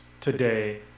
today